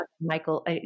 Michael